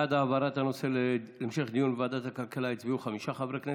בעד העברת הנושא להמשך דיון בוועדת הכלכלה הצביעו חמישה חברי כנסת,